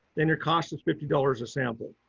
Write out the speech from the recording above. then your costs and fifty dollars a sample.